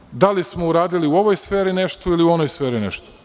Tako ne znam da li smo uradili u ovoj sferi nešto ili u onoj sferi nešto.